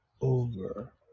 over